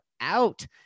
out